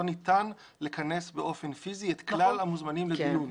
ניתן לכנס באופן פיסי את כלל המוזמנים לדיון.